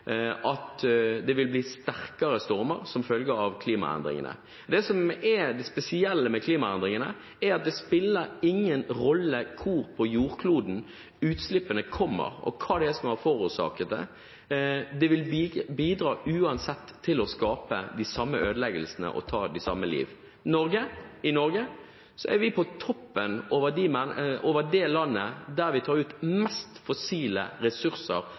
at det vil komme sterkere stormer som følge av klimaendringene. Det som er det spesielle med klimaendringene, er at det ikke spiller noen rolle hvor på jordkloden utslippene kommer, eller hva det er som har forårsaket dem. De vil uansett bidra til å skape den samme typen ødeleggelser og på samme måte ta liv. Norge, av alle rike land i verden, er det landet som ligger i toppen når det gjelder å ta ut mest fossile ressurser